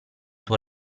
tuo